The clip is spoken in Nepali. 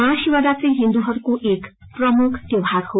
महाशिवरात्रि हिन्दुहरूको एक प्रमुख त्यौहार हो